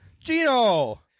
Gino